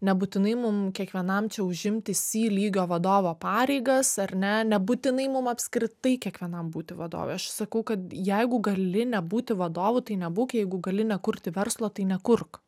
nebūtinai mum kiekvienam čia užimti si lygio vadovo pareigas ar ne nebūtinai mum apskritai kiekvienam būti vadove aš sakau kad jeigu gali nebūti vadovu tai nebūk jeigu gali nekurti verslo tai nekurk